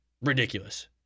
ridiculous